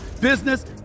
business